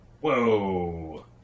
whoa